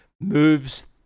moves